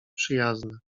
przyjazne